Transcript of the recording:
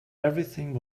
everything